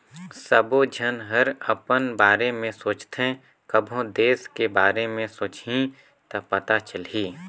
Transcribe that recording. सबो झन हर अपन बारे में सोचथें कभों देस के बारे मे सोंचहि त पता चलही